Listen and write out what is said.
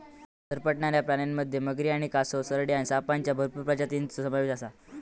सरपटणाऱ्या प्राण्यांमध्ये मगरी आणि कासव, सरडे आणि सापांच्या भरपूर प्रजातींचो समावेश आसा